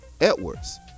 Edwards